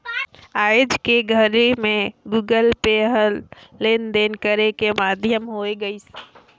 आयज के घरी मे गुगल पे ह लेन देन करे के माधियम होय गइसे